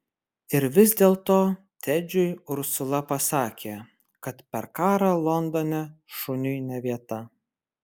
ir vis dėlto tedžiui ursula pasakė kad per karą londone šuniui ne vieta